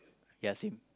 ya same